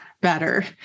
better